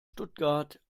stuttgart